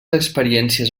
experiències